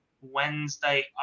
Wednesday